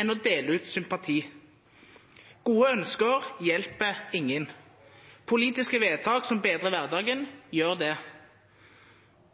enn å dele ut sympati. Gode ønsker hjelper ingen. Politiske vedtak som bedrer hverdagen, gjør det.